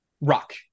rock